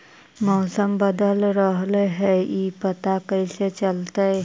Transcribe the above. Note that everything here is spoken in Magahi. मौसम बदल रहले हे इ कैसे पता चलतै?